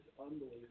unbelievable